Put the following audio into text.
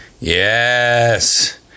Yes